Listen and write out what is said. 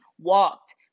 walked